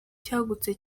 cyagutse